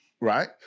Right